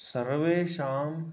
सर्वेषाम्